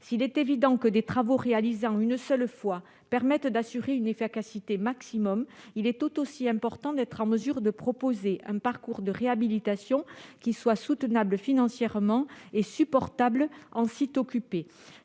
S'il est évident que des travaux réalisés en une seule fois permettent d'assurer une efficacité maximum, il est tout aussi important d'être en mesure de proposer un parcours de réhabilitation qui soit soutenable financièrement et supportable en site occupé.